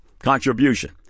Contribution